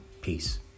Peace